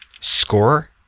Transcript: score